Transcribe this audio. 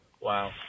Wow